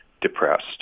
depressed